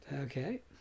Okay